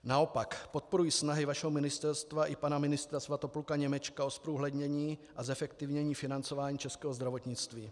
Naopak podporuji snahy vašeho ministerstva i pana ministra Svatopluka Němečka o zprůhlednění a zefektivnění financování českého zdravotnictví.